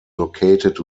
located